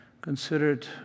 considered